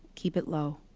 keep it low.